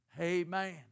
Amen